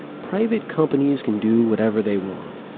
private companies can do whatever they want.